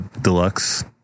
deluxe